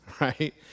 right